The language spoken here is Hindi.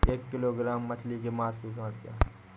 एक किलोग्राम मछली के मांस की कीमत क्या है?